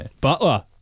butler